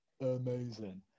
amazing